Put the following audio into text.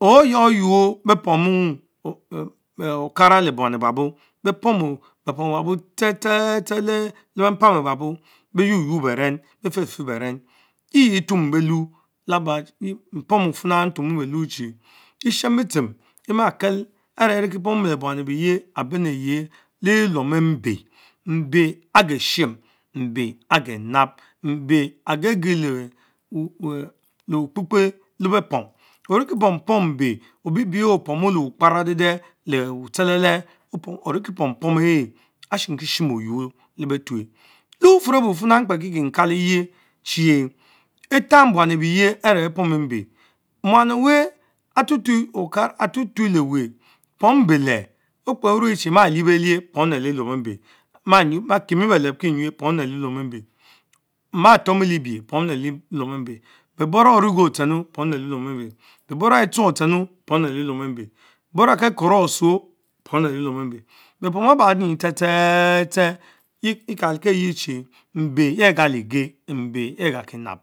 Oya yuorr beh pomu okara le buan ebabo beh Pom ebabo tsetse tse le benpam ebabo beh yuora yuork beven, befefer beren yiveetummu belum labe, mpomu fine ntumurbeluu chie etchen bitschem bitseheme emakel aré iriekie pomu bepom leh buan enh beyien, Abenneh ayeh lelie morm embe, mbe ageshime, mbe agenas, mbe agegele и крекра lebepom, orieki pom pom mbeh obie ehh opomu lewin kpanader deh, le wutchelele onkie pom ashimki shim oyuor lebetue., Lewnfurr ebue fina mkpe kie kaleye che, étahla buam abeyeh are beh pomu mbe., muan Ower atuotue lewer. porm mbe leh, Okpe ornecie máá Libelich pomleh lelilion Embe, Kimibeles kienyuch pomle leluom mibe, maa tork me libich pomle lelnom mbe beh bora orugo ochenu bom neh leliloun embe, beh bora etchong ofchenu pomle lee lewurr mbe, bora Kekoroh osuoh pomle lie lom embe; bepom ebamy tse tse tse ekalkiyie chie mbe yieh galigee mbe yeah garkie. nalb,